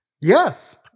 Yes